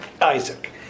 Isaac